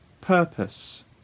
purpose